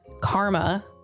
karma